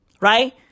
right